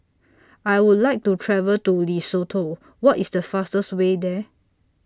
I Would like to travel to Lesotho What IS The fastest Way There